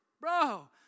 bro